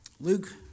Luke